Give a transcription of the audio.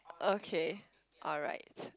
okay alright